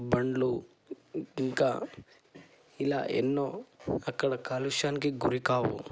బండ్లు ఇంకా ఇలా ఎన్నో అక్కడ కాలుష్యానికి గురికావు